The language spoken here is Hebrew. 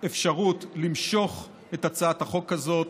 אפשרות למשוך את הצעת החוק הזאת,